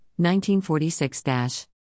1946-